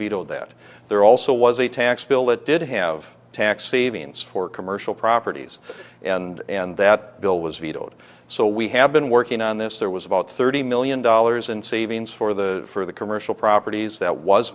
vetoed that there also was a tax bill that did have tax savings for commercial properties and and that bill was vetoed so we have been working on this there was about thirty million dollars in savings for the for the commercial properties that was